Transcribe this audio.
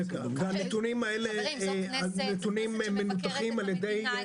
זו כנסת שמבקרת את הדמינה,